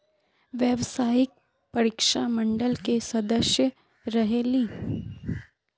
व्यावसायिक परीक्षा मंडल के सदस्य रहे ली?